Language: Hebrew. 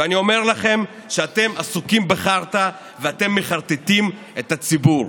ואני אומר לכם שאתם עסוקים בחרטא ואתם מחרטטים את הציבור.